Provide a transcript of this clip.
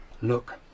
Look